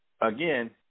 Again